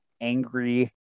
angry